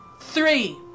three